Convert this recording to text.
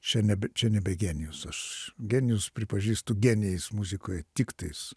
čia net čia nebe genijus aš genijus pripažįstu genijais muzikoje tiktais